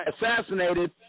assassinated